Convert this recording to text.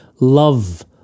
love